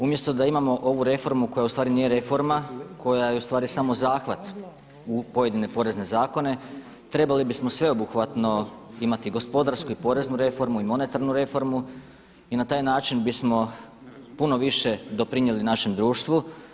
Umjesto da imamo ovu reformu koja ustvari nije reforma koja je ustvari samo zahvat u pojedine porezne zakone trebali bismo sveobuhvatno imati gospodarsku i poreznu reformu i monetarnu reformu i na taj način bismo puno više doprinijeli našem društvu.